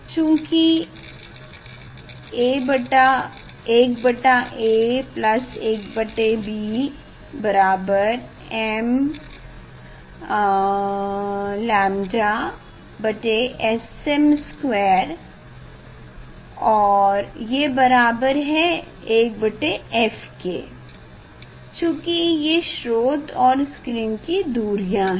चूंकि 1a 1b m𝞴 sm2 और ये बराबर है 1f के चूंकि ये स्रोत और स्क्रीन की दूरियाँ हैं